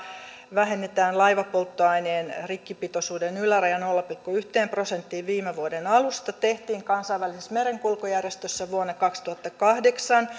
vähennettiin laivan polttoaineen rikkipitoisuuden yläraja nolla pilkku yhteen prosenttiin viime vuoden alusta tehtiin kansainvälisessä merenkulkujärjestössä vuonna kaksituhattakahdeksan